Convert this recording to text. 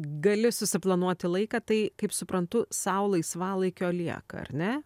gali susiplanuoti laiką tai kaip suprantu sau laisvalaikio lieka ar ne